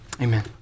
Amen